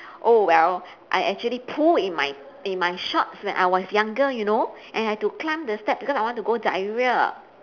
oh well I actually poo in my in my shorts when I was younger you know and I had to climb the steps because I want to go diarrhea